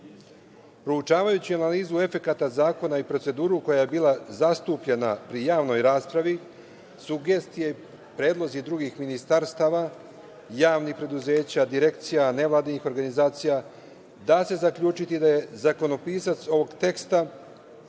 Proučavajući analizu efekata zakona i proceduru koja je bila zastupljena u javnoj raspravi, sugestije i predloge drugih ministarstava, javnih preduzeća, direkcija, nevladinih organizacija, da se zaključiti da je zakonopisac ovog teksta